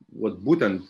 vat būtent